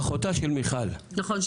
אחותה של מיכל- - נכון,